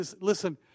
Listen